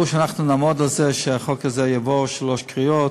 אנחנו נעמוד על זה שהחוק הזה יעבור שלוש קריאות.